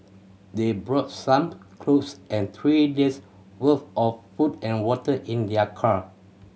they brought some clothes and three days' worth of food and water in their car